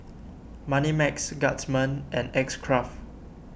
Moneymax Guardsman and X Craft